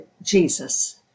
Jesus